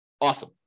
Awesome